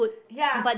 ya